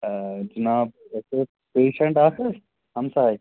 جِناب اَسہِ اوس پٮ۪شَنٹ اَکھ حظ ہمساے